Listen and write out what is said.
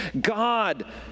God